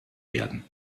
werden